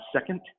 second